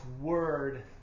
word